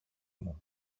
μου